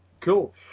Cool